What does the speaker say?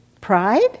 pride